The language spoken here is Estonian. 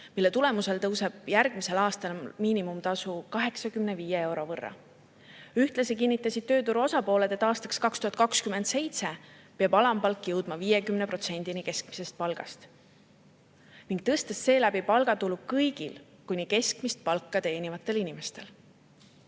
mille tulemusel tõuseb järgmisel aastal miinimumtasu [95] euro võrra. Ühtlasi kinnitasid tööturu osapooled, et aastaks 2027 peab alampalk jõudma 50%‑ni keskmisest palgast. Seeläbi tõuseb palgatulu kõigil kuni keskmist palka teenivatel inimestel.